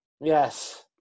Yes